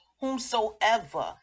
whomsoever